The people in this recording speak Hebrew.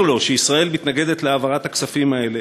לו שישראל מתנגדת להעברת הכספים האלה,